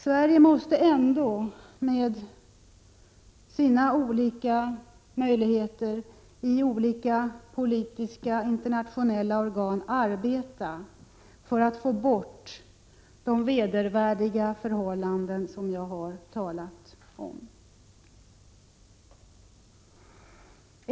Sverige måste ändå genom sina olika möjligheter i politiska internationella organ arbeta för att få bort de vedervärdiga förhållanden som jag nu har talat om.